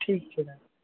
ठीक छै